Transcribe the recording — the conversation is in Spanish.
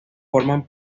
forman